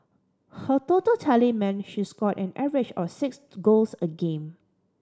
her total tally meant she scored an average of six goals a game